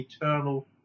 eternal